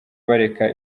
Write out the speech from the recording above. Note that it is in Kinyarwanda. bareka